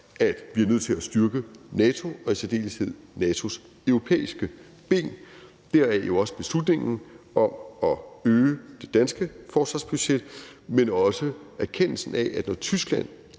at vi er nødt til at styrke NATO og i særdeleshed NATO's europæiske ben, heraf jo også beslutningen om at øge det danske forsvarsbudget, men også erkendelsen af, at når Tyskland